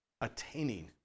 attaining